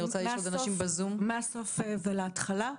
מהסוף ולהתחלה: